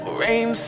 rain